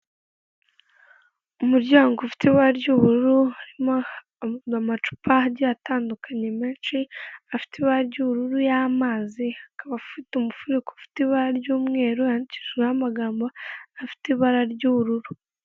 Umuryango ufite ibara ry'ubururu, harimo amacupa agiye atandukanye menshi afite ibara ry'ubururu y'amazi akaba afite umufuniko ufite ibara ry'umweru wandikishijweho amagambo afite ibara ry'ubururu.